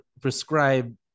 prescribe